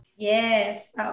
Yes